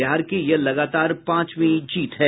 बिहार की यह लगातार पांचवीं जीत है